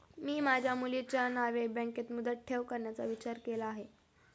मी माझ्या मुलीच्या नावे बँकेत मुदत ठेव करण्याचा विचार केला आहे